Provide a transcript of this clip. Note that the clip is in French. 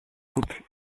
couple